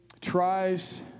tries